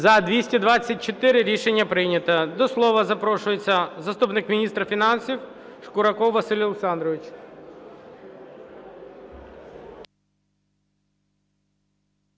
За-224 Рішення прийнято. До слова запрошується заступник міністра фінансів Шкураков Василь Олександрович.